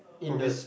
obvious